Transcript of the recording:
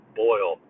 boil